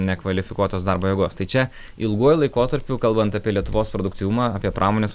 nekvalifikuotos darbo jėgos tai čia ilguoju laikotarpiu kalbant apie lietuvos produktyvumą apie pramonės